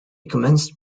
commenced